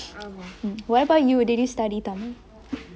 what about you did you study tamil